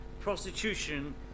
prostitution